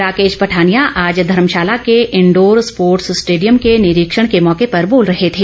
राकेश पठानिया आज धर्मशाला के indoor sports stadium के निरीक्षण के मौके पर बोल रहे थे